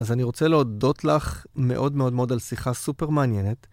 אז אני רוצה להודות לך מאוד מאוד מאוד על שיחה סופר מעניינת.